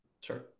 Sure